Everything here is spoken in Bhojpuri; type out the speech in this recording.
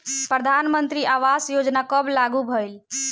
प्रधानमंत्री आवास योजना कब लागू भइल?